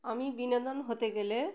আমি বিনোদন হতে গেলে